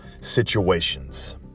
situations